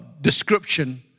description